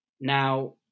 Now